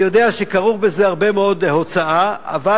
אני יודע שכרוכה בזה הוצאה רבה מאוד,